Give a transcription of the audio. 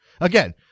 Again